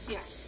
Yes